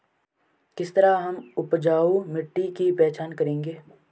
किस तरह हम उपजाऊ मिट्टी की पहचान करेंगे?